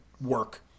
work